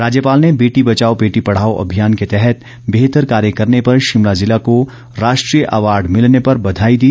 राज्यपाल ने बेटी बचाओ बेटी पढ़ाओ अभियान के तहत बेहतर कार्य करने पर शिमला जिला को राष्ट्रीय अवार्ड मिलने पर बधाई दी